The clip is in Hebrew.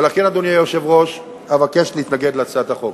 ולכן, אדוני היושב-ראש, אבקש להתנגד להצעת החוק.